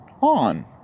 On